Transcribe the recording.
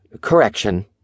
Correction